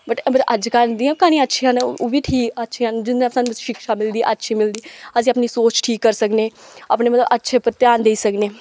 but मगर अज्जकल दियां क्हानियां अच्छियां न ओह् बी ठीक अच्छियां न जिंदे कन्नै सानू शिक्षा मिलदी अच्छी मिलदी अस अपनी सोच ठीक करी सकनें अपने मतलब अच्छे उप्पर ध्यान देई सकनें